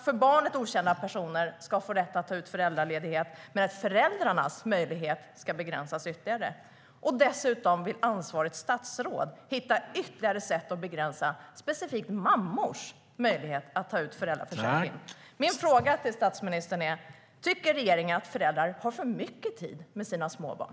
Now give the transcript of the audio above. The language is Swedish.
För barnet okända personer ska också ha rätt att ta ut föräldraledighet, medan föräldrarnas möjligheter ska begränsas ytterligare. Dessutom vill ansvarigt statsråd hitta ytterligare sätt att begränsa specifikt mammors möjlighet att ta ut föräldraledighet. Min fråga till statsministern är: Tycker regeringen att föräldrar har för mycket tid med sina små barn?